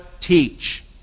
teach